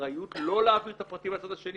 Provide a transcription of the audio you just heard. האחריות לא להעביר את הפרטים לצד השני.